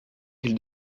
qu’il